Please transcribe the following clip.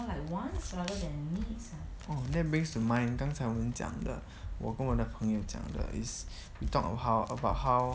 that brings to mind 刚才我们讲的我跟我的朋友讲的 is we talked of how about how